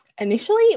initially